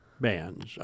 bands